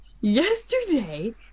Yesterday